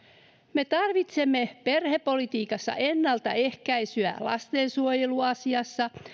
me tarvitsemme perhepolitiikassa ennaltaehkäisyä lastensuojeluasioissa